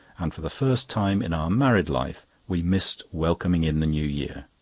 and, for the first time in our married life, we missed welcoming in the new year.